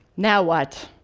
now what?